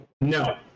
No